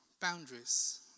boundaries